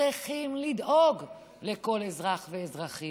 צריכים לדאוג לכל אזרח ואזרחית.